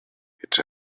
its